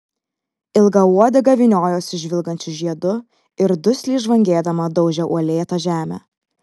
ilga uodega vyniojosi žvilgančiu žiedu ir dusliai žvangėdama daužė uolėtą žemę